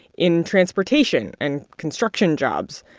in transportation and construction jobs.